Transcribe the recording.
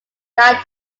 guide